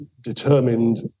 determined